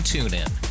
TuneIn